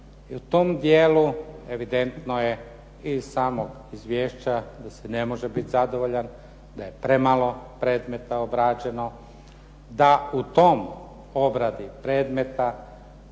I u tom dijelu evidentno je i iz samog izvješća da se ne može biti zadovoljan, da je premalo predmeta obrađeno, da u toj obradi predmeta